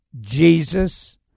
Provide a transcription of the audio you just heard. Jesus